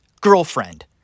girlfriend